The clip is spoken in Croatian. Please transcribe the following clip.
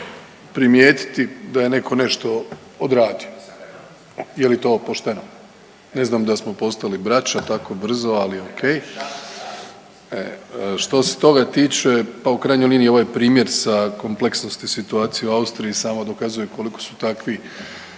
primijetiti da je netko nešto odradio. Je li to pošteno? Ne znam da smo postali braća tako brzo ali o.k. Što se toga tiče, pa u krajnjoj liniji ovaj primjer sa kompleksnosti situacije u Austriji samo dokazuje koliko su takvi